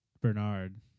Bernard